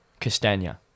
Castagna